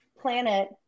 planet